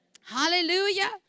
Hallelujah